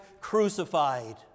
crucified